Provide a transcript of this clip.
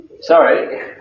Sorry